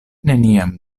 neniam